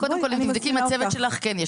קודם כל תבדקי עם הצוות שלך כן יש